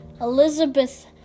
elizabeth